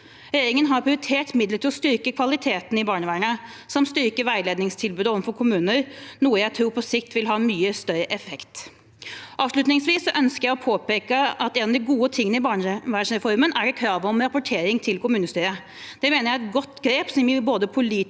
Regjeringen har prioritert midler til å styrke kvaliteten i barnevernet samt å styrke veiledningstilbudet overfor kommuner, noe jeg tror vil ha mye større effekt på sikt. Avslutningsvis ønsker jeg å påpeke at en av de gode tingene i barnevernsreformen er et krav om rapportering til kommunestyret. Det mener jeg er et godt grep som gir både politisk og